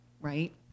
right